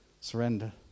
Surrender